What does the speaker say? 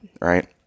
right